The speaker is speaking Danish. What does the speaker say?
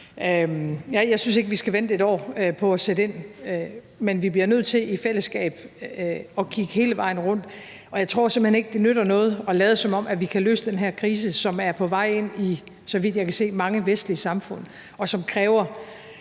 Jeg synes ikke, vi skal vente et år med at sætte ind, men vi bliver nødt til i fællesskab at kigge hele vejen rundt. Jeg tror simpelt hen ikke, det nytter noget at lade, som om vi kan løse den her krise, som er på vej ind i, så vidt jeg kan se, mange vestlige samfund, og som kræver